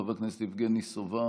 חבר הכנסת יבגני סובה,